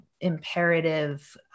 imperative